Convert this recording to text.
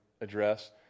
address